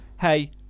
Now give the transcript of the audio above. hey